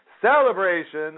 celebration